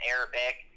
Arabic